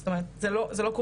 זאת אומרת זה לא קורה.